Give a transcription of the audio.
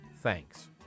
thanks